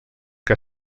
què